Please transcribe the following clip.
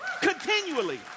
continually